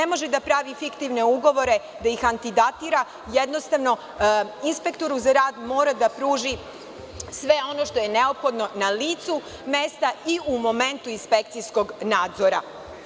Ne može da pravi fiktivne ugovore, da ih antidatira jednostavno inspektoru za rad mora da pruži sve ono što je neophodno na licu mesta i u momentu inspekcijskog nadzora.